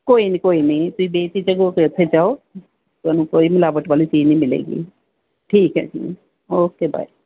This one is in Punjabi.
ਕੋਈ ਨਹੀਂ ਕੋਈ ਨਹੀਂ ਤੁਸੀਂ ਬੇਝਿਜਕ ਹੋ ਕੇ ਉੱਥੇ ਜਾਓ ਤੁਹਾਨੂੰ ਕੋਈ ਮਿਲਾਵਟ ਵਾਲੀ ਚੀਜ਼ ਨਹੀਂ ਮਿਲੇਗੀ ਠੀਕ ਹੈ ਜੀ ਓਕੇ ਬਾਏ